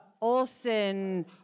Olson